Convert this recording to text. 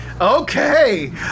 Okay